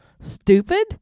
Stupid